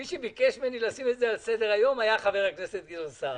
מי שביקש ממני לשים את זה על סדר-היום היה חבר הכנסת גדעון סער.